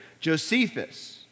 Josephus